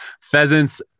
pheasants